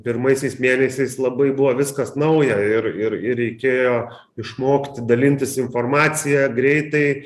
pirmaisiais mėnesiais labai buvo viskas nauja ir ir ir reikėjo išmokti dalintis informacija greitai